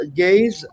gays